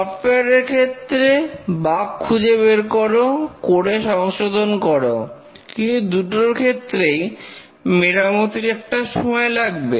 software এর ক্ষেত্রে bug খুঁজে বের করো কোড এ সংশোধন করো কিন্তু দুটোর ক্ষেত্রেই মেরামতির একটা সময় লাগবে